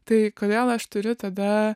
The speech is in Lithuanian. tai kodėl aš turiu tada